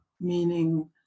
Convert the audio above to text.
meaning